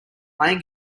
playing